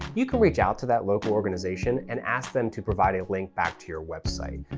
you can reach out to that local organization and ask them to provide a link back to your website.